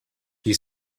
qui